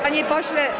Panie pośle.